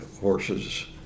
horses